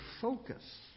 focus